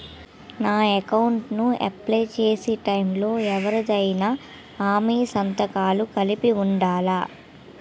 నా అకౌంట్ ను అప్లై చేసి టైం లో ఎవరిదైనా హామీ సంతకాలు కలిపి ఉండలా?